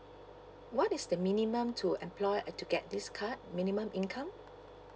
what is the minimum to employ uh to get this card minimum income